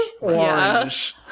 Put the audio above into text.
Orange